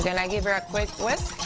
to and and give her a quick whisk,